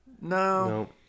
no